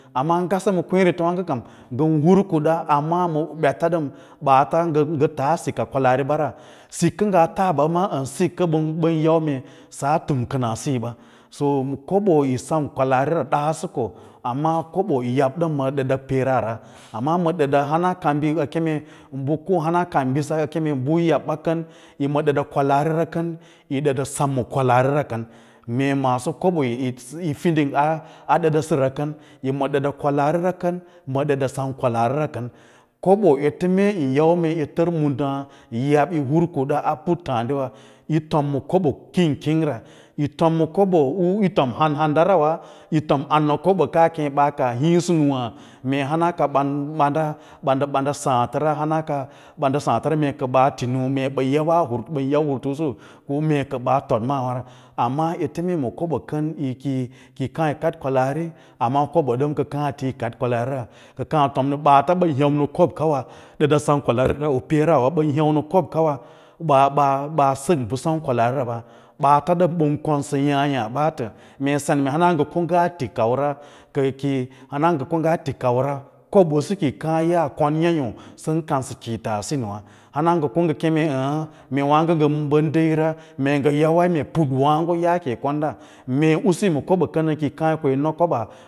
Amma ngase ma kweẽreteyaãge kam ngən hur kuda amma ma bets ɗan ɓaata ngə taa sika kwalaaribə ra sik kə ngaa tas ɓa ma ɓən yau mee saa tum kəna taa ɓa ma ɓən yau mee saa tum kəna a siiba, siyo kobo yi sem kwalaarira a səkoo amma kobo yi yab ɗəma ɗəda preerara amma ma ɗəda hana kanbi ka kene hana ka ndə bisa bu yab ɓa kam yi ma ɗəɗa kwalaarira kən, mee maaso kobo yo bə fidingga a ɗəɗa səra kən ɗəda kwalaarira kən kobo mee ete yin yau mee yi tər mudaã yi yab yi hur kuda a puttǎǎdiwa yo tom kobo king king ra yi tom ma kobo u yi tom han handarawa yi tom an ma kobaa u ɓaa kasa niĩsə nūwǎ mee hana kan bada ɓandəsaãtəra hana ka ɓandə saã fəta kə ɓaa ti nuu mee ɓən yan hurto ꞌusu mee ɓaa foɗ maawara, amma ete meyima kobo kən kəi kaã yi kaɗ kwalaari, amma kobo dəm, kiyi kaã a ti yi kaɗ kwalaarira, amma ka kaã tom ma ɓaata ɓən hûu ma kobkawa a ɗəɗa sem kwalaarirawa, peera ɓən he’u ma kobkawa ɓa a sək bə sem kwalaarira ɓa, ɓaata ɗəm ɓən konsə yaãyâ baaatə mee sen mee hana ngə ko ngaa ti kaura, kəi keẽ hana ngə ko ngaa ti kaura kob ꞌusu kiyi kaã yaa kon yaãtô sən kansə kiĩta a simwa hana ko ngə keme ə̌ə̌ ə̌ə̌ mee wǎǎgo ngə bəd diira mee ngə yawas mee put wǎǎgo yaake yi konda mee usu yì ma koboa kən ki yi kaã yi na koɓaa.